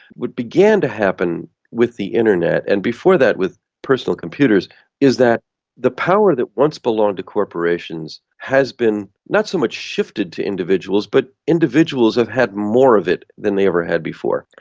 what began to happen with the internet and before that with personal computers is that the power that once belonged to corporations has been not so much shifted to individuals but individuals have had more of it than they ever had before.